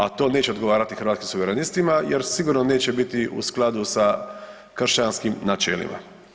A to neće odgovarati Hrvatskim suverenistima jer sigurno neće biti u skladu sa kršćanskim načelima.